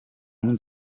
non